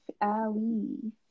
Ali